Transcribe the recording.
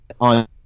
on